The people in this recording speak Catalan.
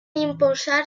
imposar